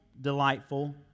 delightful